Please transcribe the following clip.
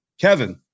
Kevin